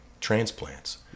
transplants